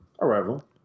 Arrival